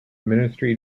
ministry